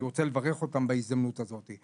אני רוצה לברך אותם בהזדמנות הזאת.